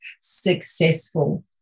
successful